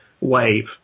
Wave